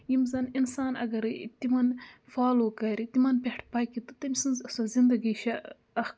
یِم زَن اِنسان اَگرَے تِمَن فالو کَرِ تِمَن پٮ۪ٹھ پَکہِ تہٕ تٔمۍ سٕنٛز سۄ زِندگی چھےٚ اَکھ